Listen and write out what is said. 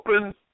open